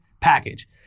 package